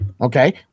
Okay